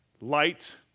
light